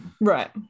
Right